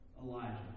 Elijah